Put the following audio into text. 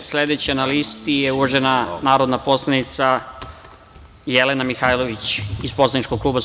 Sledeća na listi je uvažena narodna poslanica Jelena Mihailović iz poslaničkog kluba SPS.